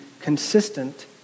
consistent